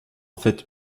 fait